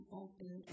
open